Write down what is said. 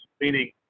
meaning